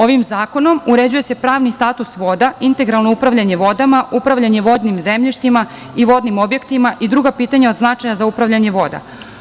Ovim zakonom uređuje se pravni status voda, integralno upravljanje vodama, upravljanje vodnim zemljištima i vodnim objektima i druga pitanja od značaja za upravljanje vodama.